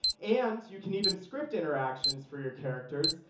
and you can even script interactions for your characters,